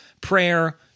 prayer